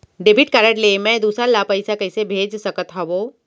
Debit card ले मैं दूसर ला पइसा कइसे भेज सकत हओं?